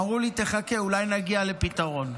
אמרו לי: תחכה, אולי נגיע לפתרון.